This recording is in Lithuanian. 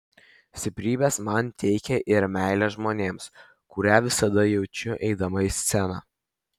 stiprybės man teikia ir meilė žmonėms kurią visada jaučiu eidama į sceną